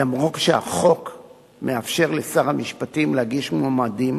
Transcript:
אף שהחוק מאפשר לשר המשפטים להגיש מועמדים,